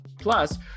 Plus